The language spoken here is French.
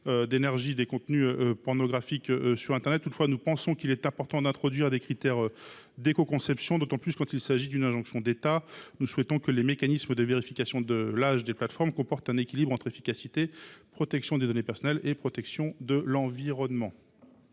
de contenus pornographiques. Toutefois, nous pensons qu’il est important d’introduire des critères d’écoconception, d’autant plus quand un tel dispositif résulte d’une injonction de l’État. Nous souhaitons que les mécanismes de vérification de l’âge par les plateformes comportent un équilibre entre efficacité, protection des données personnelles et protection de l’environnement.